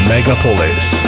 Megapolis